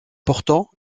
pourtant